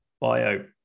Bio